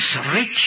rich